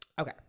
Okay